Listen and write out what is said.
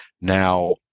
Now